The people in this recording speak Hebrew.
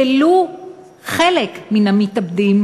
ולו לחלק מן המתאבדים,